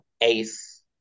Ace